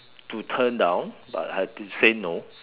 to turn down but I had to say no